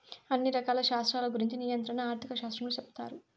అన్ని రకాల శాస్త్రాల గురుంచి నియంత్రణ ఆర్థిక శాస్త్రంలో సెప్తారు